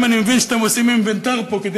2. אני מבין שאתם עושים פה אינוונטר כדי